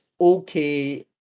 okay